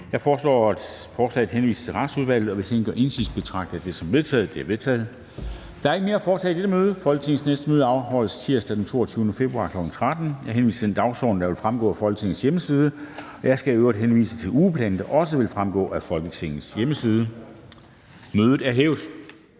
vedtaget. Det er vedtaget. --- Kl. 13:41 Meddelelser fra formanden Formanden (Henrik Dam Kristensen): Der er ikke mere at foretage i dette møde. Folketingets næste møde afholdes tirsdag den 22. februar 2022, kl. 13.00. Jeg henviser til den dagsorden, der vil fremgå af Folketingets hjemmeside. Og jeg skal i øvrigt henvise til ugeplanen, der også vil fremgå af Folketingets hjemmeside. Mødet er hævet.